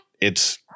It's-